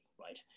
right